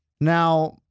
Now